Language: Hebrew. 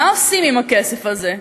מה עושים עם הכסף הזה?